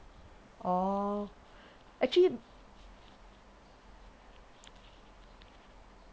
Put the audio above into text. orh actually